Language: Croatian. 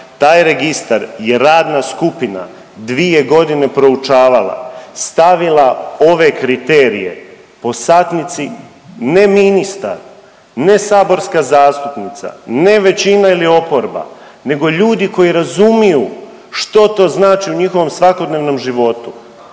Taj registar je radna skupina 2 godine proučavala, stavila ove kriterije po satnici, ne ministar, ne saborska zastupnica, ne većina ili oporba, nego ljudi koji razumiju što to znači u njihovom svakodnevnom životu